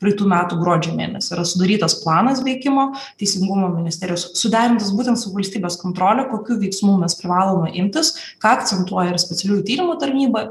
praeitų metų gruodžio mėnesį yra sudarytas planas veikimo teisingumo ministerijos suderintas būtent su valstybės kontrole kokių veiksmų mes privalome imtis ką akcentuoja ir specialiųjų tyrimų tarnyba